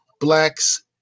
blacks